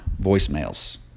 voicemails